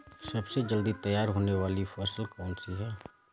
सबसे जल्दी तैयार होने वाली फसल कौन सी है?